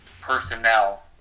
personnel